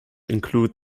include